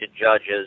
judges